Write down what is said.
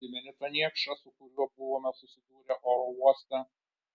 atsimeni tą niekšą su kuriuo buvome susidūrę oro uoste